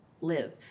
live